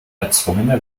erzwungene